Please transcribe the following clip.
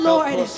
Lord